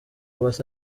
basa